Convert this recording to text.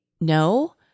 no